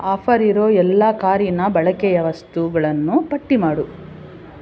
offer ಇರೋ ಎಲ್ಲ ಕಾರಿನ ಬಳಕೆಯ ವಸ್ತುಗಳನ್ನು ಪಟ್ಟಿ ಮಾಡು